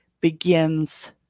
begins